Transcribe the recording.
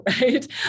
right